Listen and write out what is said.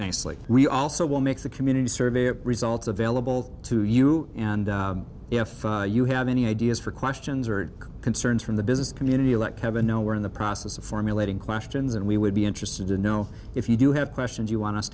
nicely we also will make the community survey a result of vailable to you and if you have any ideas for questions or concerns from the business community let kevin know we're in the process of formulating questions and we would be interested to know if you do have questions you want us